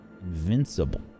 invincible